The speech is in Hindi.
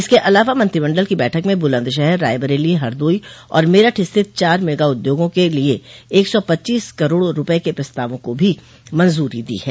इसके अलावा मंत्रिमंडल की बैठक में बुलन्दशहर रायबरेली हरदोई और मेरठ स्थित चार मेगा उद्योगों के लिए एक सौ पच्चीस करोड़ रूपये के प्रस्तावों को भी मंजूरी दी है